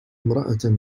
امرأة